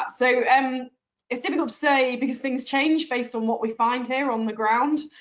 so um it's difficult to say because things change based on what we find here on the ground,